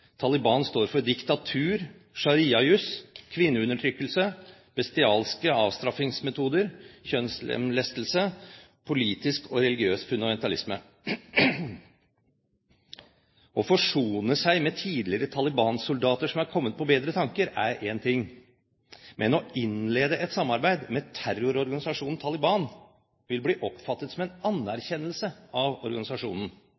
Taliban står for diktatur, sharia-jus, kvinneundertrykkelse, bestialske avstraffingsmetoder, kjønnslemlestelse og politisk og religiøs fundamentalisme. Å forsone seg med tidligere talibansoldater som er kommet på bedre tanker, er én ting. Men å innlede et samarbeid med terrororganisasjonen Taliban vil bli oppfattet som en